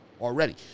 already